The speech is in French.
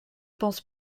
pense